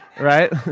right